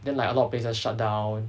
then like a lot of places shutdown